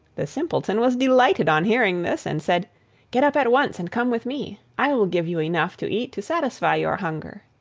the simpleton was delighted on hearing this, and said get up at once and come with me. i will give you enough to eat to satisfy your hunger.